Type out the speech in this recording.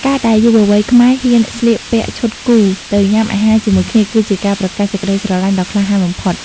ការដែលយុវវ័យខ្មែរហ៊ានស្លៀកពាក់ឈុតគូ ទៅញ៉ាំអាហារជាមួយគ្នា គឺជាការប្រកាសសេចក្ដីស្រឡាញ់ដ៏ក្លាហានបំផុត។